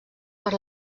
per